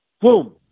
Boom